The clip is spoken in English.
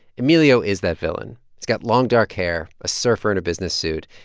emilio is that villain. he's got long, dark hair a surfer in a business suit.